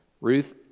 Ruth